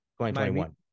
2021